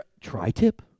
Tri-tip